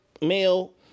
male